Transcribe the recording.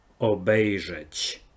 obejrzeć